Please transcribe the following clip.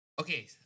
okay